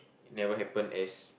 never happen as